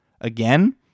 again